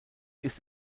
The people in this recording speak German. ist